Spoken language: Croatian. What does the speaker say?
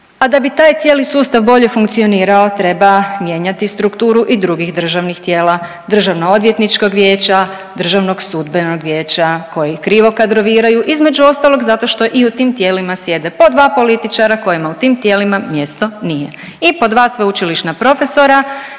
A da bi taj cijeli sustav bolje funkcionirao treba mijenjati strukturu i drugih državnih tijela, DOV-a i DSV-a koji krivo kadroviraju između ostalog zato što i u tim tijelima sjede po dva političara kojima u tim tijelima mjesto nije i po dva sveučilišna profesora